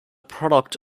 product